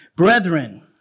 Brethren